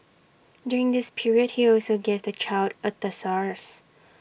during this period he also gave the child A thesaurus